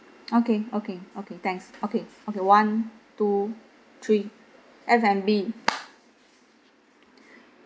okay okay okay thanks okay okay one two three F&B